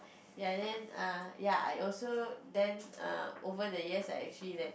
ya and then err ya I also then err over the years I actually like